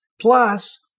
Plus